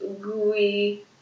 gooey